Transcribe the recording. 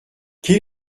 quel